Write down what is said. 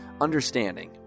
understanding